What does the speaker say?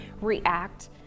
react